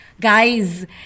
guys